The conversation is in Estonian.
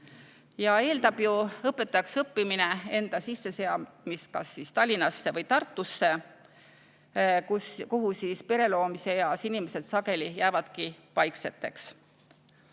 eeldabki õpetajaks õppimine enda sisseseadmist kas Tallinnas või Tartus, kuhu pere loomise eas inimesed sageli jäävadki paikseteks.